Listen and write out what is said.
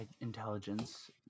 intelligence